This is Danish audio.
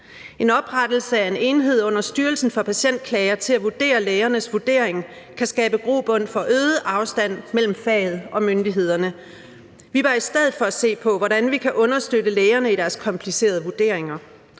En oprettelse af en enhed under Styrelsen for Patientklager til at vurdere lægernes vurdering kan skabe grobund for øget afstand mellem faget og myndighederne. Vi bør i stedet for se på, hvordan vi kan understøtte lægerne i deres komplicerede vurderinger.